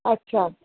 अच्छा